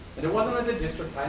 and it wasn't that the district